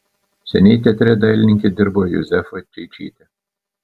seniai teatre dailininke dirbo juzefa čeičytė